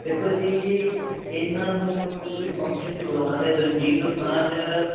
ਦੇਖੋ ਜੀ ਇਹਨਾਂ ਨੂੰ ਤੁਸੀਂ ਫੰਕਸ਼ਨ 'ਚ ਬੁਲਾਉਣਾ ਤਾਂ ਦਿਲਜੀਤ ਦੋਸਾਂਝ